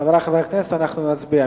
חברי חברי הכנסת, אנחנו נצביע.